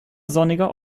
sonniger